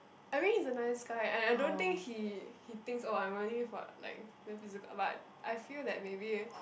I mean he's a nice guy and and I don't think he he thinks oh I'm only for like the physical but I feel that maybe